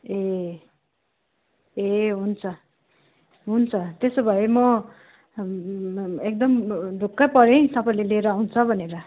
ए ए हुन्छ हुन्छ त्यसो भए म एकदम ढुक्क परेँ है तपाईँले लिएर आउँछ भनेर